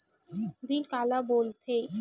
Bill काला बोल थे?